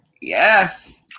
yes